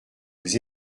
vous